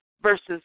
versus